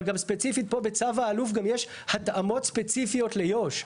אבל ספציפית פה בצו האלוף גם יש התאמות ספציפיות ליו"ש.